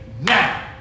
now